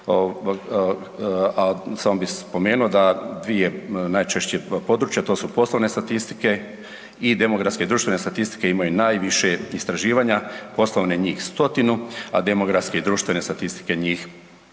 a samo bi spomenuo da dvije najčešće područja, a to su poslovne statistike i demografske i društvene statistike imaju najviše istraživanja, poslovne njih 100-tinu, a demografske i društvene statistike njih 74.